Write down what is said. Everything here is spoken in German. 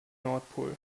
nordpol